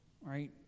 right